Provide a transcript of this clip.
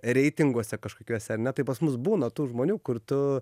reitinguose kažkokiuose ar ne tai pas mus būna tų žmonių kur tu